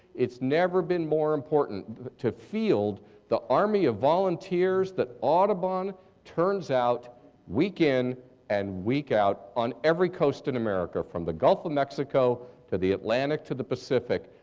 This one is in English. it's never been more important to field the army of volunteers that audubon turns out week-in week-in and week-out on every coast in america. from the gulf of mexico, to the atlantic to the pacific,